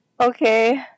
Okay